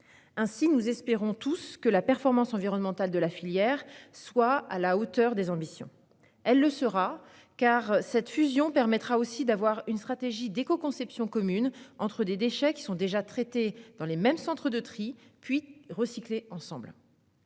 Ainsi, nous espérons tous que la performance environnementale de la filière soit à la hauteur des ambitions. Elle le sera, car cette fusion permettra aussi d'avoir une stratégie d'écoconception commune entre des déchets qui sont déjà traités dans les mêmes centres de tri, puis recyclés ensemble.